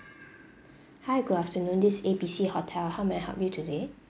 hi good afternoon this A B C hotel how may I help you today